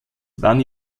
waren